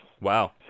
Wow